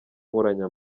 nkoranya